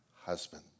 husband